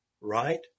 right